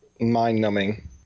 mind-numbing